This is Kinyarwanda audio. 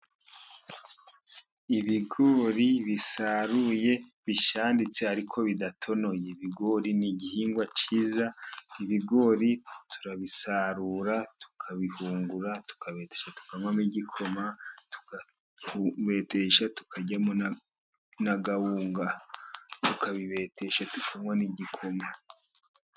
Ibigori bisaruye bishaditse ariko bidatonoye. Ibigori ni igihingwa cyiza, ibigori turabisarura tukabihungura, tukabibetesha tukanywamo igikoma, tukabibetesha tukaryamo n'akawunga.